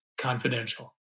confidential